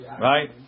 Right